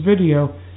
video